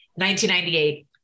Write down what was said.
1998